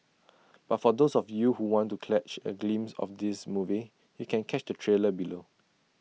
but for those of you who want to catch A glimpse of the movie you can catch the trailer below